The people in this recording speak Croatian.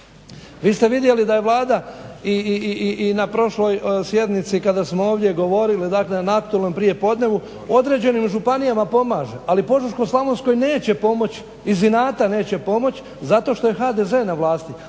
Vi ste vidjeli da je Vlada i na prošloj sjednici kada smo ovdje govorili, dakle na aktualnom prijepodnevu određenim županijama pomaže ali Požeško-slavonskoj neće pomoći, iz inata neće pomoći zato što je HDZ na vlasti.